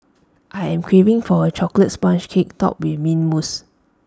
I am craving for A Chocolate Sponge Cake Topped with Mint Mousse